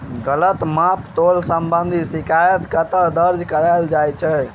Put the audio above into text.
गलत माप तोल संबंधी शिकायत कतह दर्ज कैल जाइत अछि?